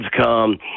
come